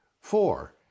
Four